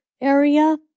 area